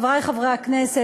חברי חברי הכנסת,